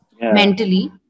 mentally